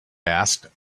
asked